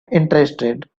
interested